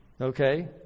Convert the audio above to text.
Okay